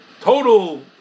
total